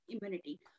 immunity